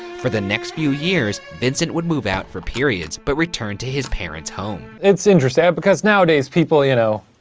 for the next few years, vincent would move out for periods, but return to his parents home. it's interesting because nowadays people, you know,